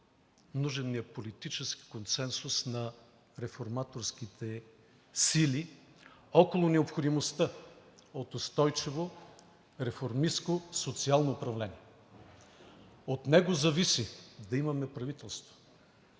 нужен ни е политически консенсус на реформаторските сили около необходимостта от устойчиво, реформистко, социално управление. От него зависи да имаме правителство,